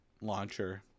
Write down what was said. launcher